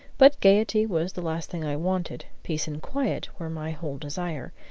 but gayety was the last thing i wanted. peace and quiet were my whole desire,